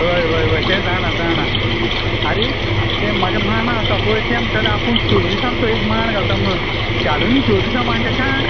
व्हय व्हय ते जाणां जाणां आरे ते म्हजे मानां आसा पळय तें म्हणटाले आपूण चोरिसांचो एक मांण घालतां घालुनी चोरिसां मांण ताका